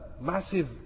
massive